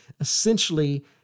essentially